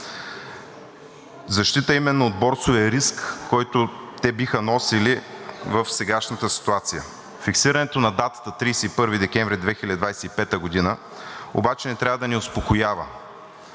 защита именно от борсовия риск, който те биха носили в сегашната ситуация. Фиксирането на датата 31 декември 2025 г. обаче не трябва да ни успокоява.